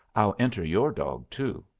i'll enter your dog too.